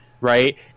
right